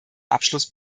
abschluss